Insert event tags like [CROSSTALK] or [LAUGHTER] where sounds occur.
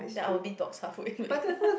then I will be [LAUGHS]